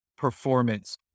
Performance